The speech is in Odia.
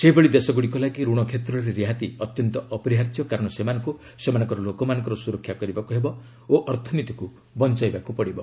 ସେହିଭଳି ଦେଶଗୁଡ଼ିକ ଲାଗି ରଣ କ୍ଷେତ୍ରରେ ରିହାତି ଅତ୍ୟନ୍ତ ଅପରିହାର୍ଯ୍ୟ କାରଣ ସେମାନଙ୍କୁ ସେମାନଙ୍କର ଲୋକମାନଙ୍କର ସ୍ରରକ୍ଷା କରିବାକୁ ହେବ ଓ ଅର୍ଥନୀତିକୁ ବଞ୍ଚାଇବାକୁ ପଡ଼ିବ